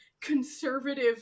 conservative